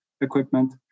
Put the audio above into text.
equipment